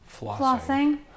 Flossing